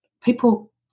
people